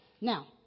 Now